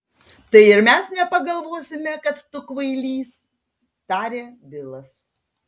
tai ir mes nepagalvosime kad tu kvailys tarė bilas